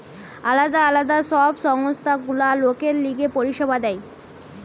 আলদা আলদা সব সংস্থা গুলা লোকের লিগে পরিষেবা দেয়